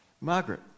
Margaret